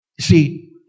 See